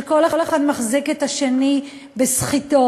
שכל אחד מחזיק את השני בסחיטות,